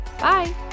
Bye